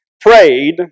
prayed